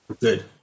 Good